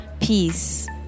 peace